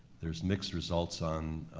there's mixed results on